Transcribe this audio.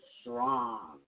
strong